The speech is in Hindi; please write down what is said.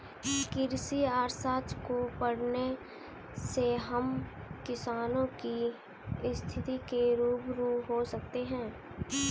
कृषि अर्थशास्त्र को पढ़ने से हम किसानों की स्थिति से रूबरू हो सकते हैं